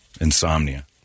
insomnia